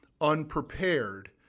unprepared